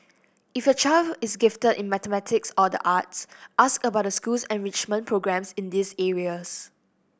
if your child is gifted in mathematics or the arts ask about the school's enrichment programmes in these areas